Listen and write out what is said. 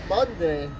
Monday